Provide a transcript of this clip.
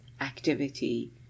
activity